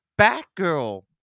batgirl